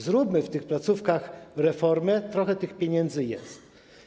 Zróbmy w tych placówkach reformę, trochę tych pieniędzy jest.